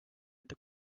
nende